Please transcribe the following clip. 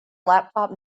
laptop